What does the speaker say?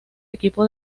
equipo